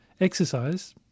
Exercise